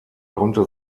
konnte